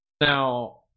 Now